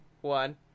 One